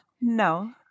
no